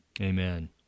Amen